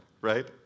right